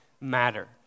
matter